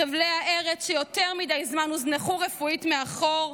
חבלי הארץ שיותר מדי זמן הוזנחו רפואית מאחור,